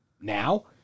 Now